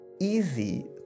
easy